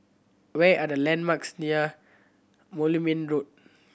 where are the landmarks near Moulmein Road